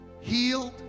healed